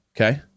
Okay